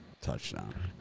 touchdown